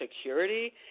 security